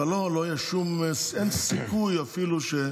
ולא, אין סיכוי אפילו.